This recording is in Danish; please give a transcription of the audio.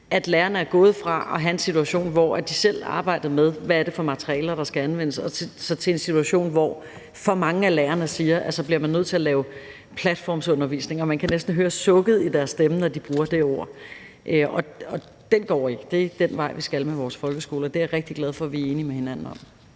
at lærerne er gået fra at have en situation, hvor de selv arbejdede med, hvad det er for materialer, der skal anvendes, og så til en situation, hvor for mange af lærerne siger, at man bliver nødt til at lave platformsundervisning – og man kan næsten høre sukket i deres stemme, når de bruger det ord – og den går ikke. Det er ikke den vej, vi skal med vores folkeskole, og det er jeg rigtig glad for at vi er enige med hinanden om.